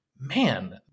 man